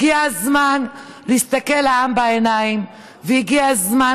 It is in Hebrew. הגיע הזמן להסתכל לעם בעיניים והגיע הזמן